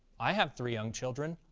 i have three young children,